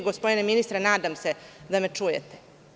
Gospodine ministre, nadam se da me čujete.